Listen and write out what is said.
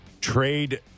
trade